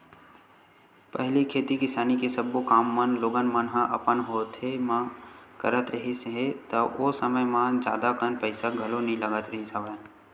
पहिली खेती किसानी के सब्बो काम मन लोगन मन ह अपन हाथे म करत रिहिस हे ता ओ समे म जादा कन पइसा घलो नइ लगत रिहिस हवय